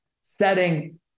setting